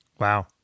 Wow